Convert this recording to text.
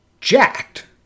jacked